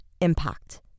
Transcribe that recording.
impact